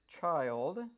child